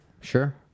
sure